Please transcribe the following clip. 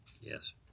Yes